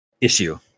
issue